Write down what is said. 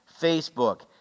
Facebook